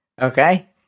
Okay